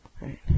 right